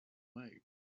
way